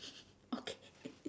okay